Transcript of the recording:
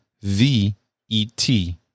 v-e-t